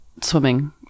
swimming